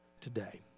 today